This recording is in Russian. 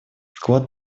вклад